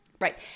right